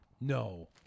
No